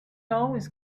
always